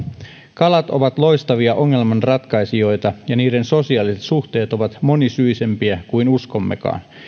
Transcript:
kalat ovat loistavia ongelmanratkaisijoita ja niiden sosiaaliset suhteet ovat monisyisempiä kuin uskommekaan